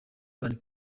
ban